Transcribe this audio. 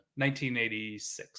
1986